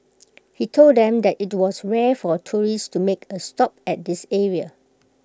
he told them that IT was rare for tourists to make A stop at this area